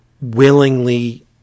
willingly